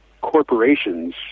corporations